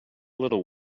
little